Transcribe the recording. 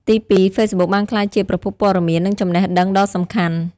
ទីពីរ ហ្វេសប៊ុកបានក្លាយជា ប្រភពព័ត៌មាន និងចំណេះដឹង ដ៏សំខាន់។